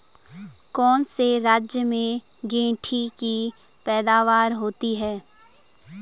कौन से राज्य में गेंठी की पैदावार होती है?